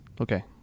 okay